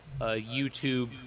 YouTube